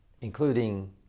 including